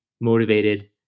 motivated